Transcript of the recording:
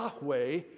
Yahweh